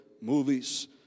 movies